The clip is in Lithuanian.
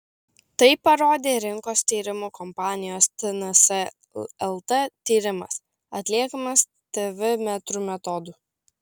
tai parodė rinkos tyrimų kompanijos tns lt tyrimas atliekamas tv metrų metodu